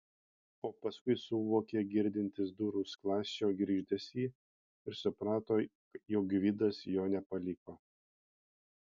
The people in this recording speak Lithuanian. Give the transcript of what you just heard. o paskui suvokė girdintis durų skląsčio girgždesį ir suprato jog gvidas jo nepaliko